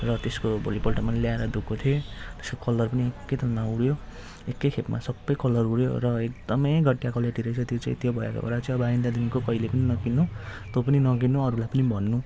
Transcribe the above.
र त्यसको भोलिपल्ट मैले ल्याएर धोएको थिएँ त्यसको कलर पनि एकै दिनमा उड्यो एकै खेपमा सबै कलर उड्यो र एकदमै घटिया क्वालिटी रहेछ थियो त्यो चाहिँ त्यही भएर अब आइन्दादेखिको कहिले पनि नकिन्नु तँ पनि नकिन्नु अरूलाई पनि भन्नु